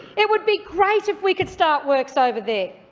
it would be great if we could start works over there.